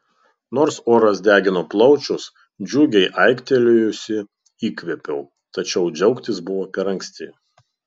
nors oras degino plaučius džiugiai aiktelėjusi įkvėpiau tačiau džiaugtis buvo per anksti